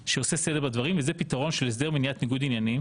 פתרון שעושה סדר בדברים וזה פתרון של הסדר מניעת ניגוד עניינים